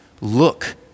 Look